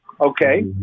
Okay